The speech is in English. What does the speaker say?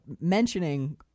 mentioning